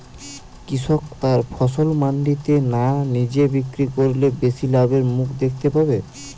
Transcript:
কৃষক তার ফসল মান্ডিতে না নিজে বিক্রি করলে বেশি লাভের মুখ দেখতে পাবে?